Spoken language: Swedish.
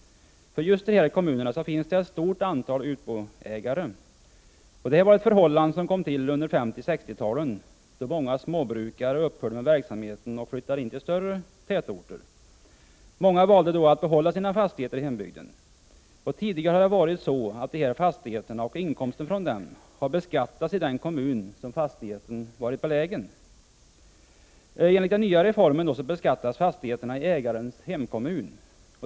Just i dessa kommuner finns det ett stort antal utboägare. Detta förhållande uppstod under 1950 och 1960-talen, då många småbrukare upphörde med verksamheten och flyttade in till större tätorter. Många valde då att behålla sina fastigheter i hembygden. Tidigare har dessa fastigheter och inkomsten av dem beskattats i den kommun där fastigheten var belägen. Enligt den nya reformen beskattas fastigheterna i ägarens hemkommun.